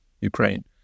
Ukraine